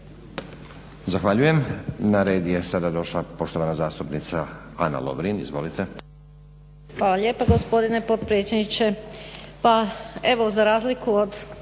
Zahvaljujem. Na red je sada došla poštovana zastupnica Ana Lovrin. Izvolite. **Lovrin, Ana (HDZ)** Hvala lijepa gospodine potpredsjedniče. Pa evo za razliku od